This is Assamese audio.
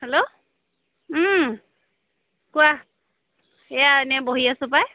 হেল্ল' ও কোৱা এয়া এনে বহি আছোঁ পাই